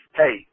hey